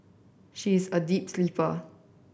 she is a deep sleeper